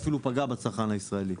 אפילו פגע בצרכן הישראלי.